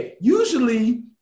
usually